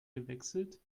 gewechselt